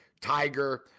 Tiger